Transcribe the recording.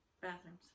bathrooms